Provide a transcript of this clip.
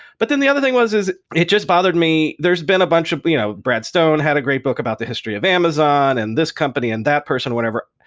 but then the other thing was it just bothered me, there's been a bunch of but you know brad stone had a great book about the history of amazon and this company and that person, whatever.